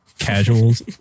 casuals